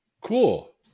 Cool